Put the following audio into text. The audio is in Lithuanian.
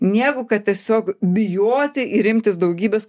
negu kad tiesiog bijoti ir imtis daugybės